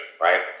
right